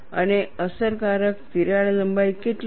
અને અસરકારક તિરાડ લંબાઈ કેટલી છે